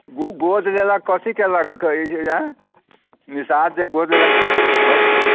गोद लेलक कथी कयलक कहैत छै जे हँ निषाद जे गोद लेलक